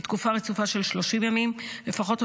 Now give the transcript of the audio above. לתקופה רצופה של 30 ימים לפחות,